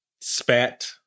spat